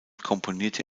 komponierte